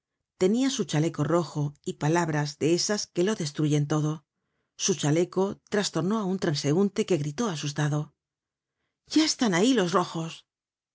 tenia su chaleco rojo y palabras de esas que lo destruyen todo su chaleco trastornó á un transeunte que gritó asustado content from google book search generated at ya están ahí los rojos